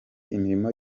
imirimo